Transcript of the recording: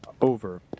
over